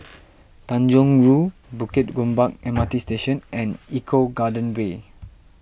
Tanjong Rhu Bukit Gombak M R T Station and Eco Garden Way